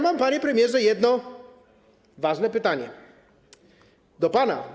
Mam, panie premierze, jedno ważne pytanie do pana.